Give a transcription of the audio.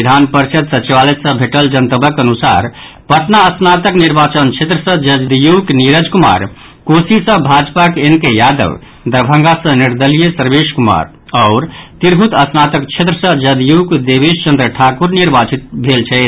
विधान परिषद सचिवालय सँ भेटल जनतबक अनुसार पटना स्नातक निर्वाचन क्षेत्र सँ जदयूक नीरज कुमार कोसी सँ भाजपाक एन के यादव दरभंगा सँ निर्दलीय सर्वेश कुमार आओर तिरहुत स्नातक क्षेत्र सँ जदयूक देवेश चंद्र ठाकुर निर्वाचित भेल छथि